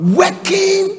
working